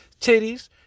Titties